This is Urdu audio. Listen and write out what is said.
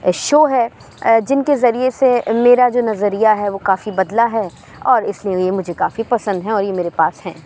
شو ہے جن کے ذریعے سے میرا جو نظریہ ہے وہ کافی بدلا ہے اور اس لیے یہ مجھے کافی پسند ہیں اور یہ میرے پاس ہیں